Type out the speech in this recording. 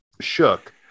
shook